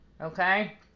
Okay